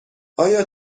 آیا